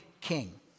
king